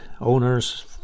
owners